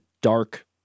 dark